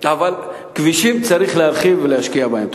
אבל כבישים צריך להרחיב ולהשקיע בהם.